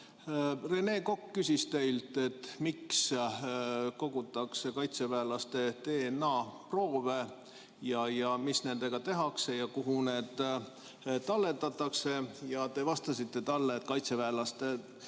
Rene Kokk küsis teilt, miks kogutakse kaitseväelaste DNA-proove ja mida nendega tehakse ja kuhu need talletatakse. Te vastasite talle, et kaitseväelaste